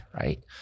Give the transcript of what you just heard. right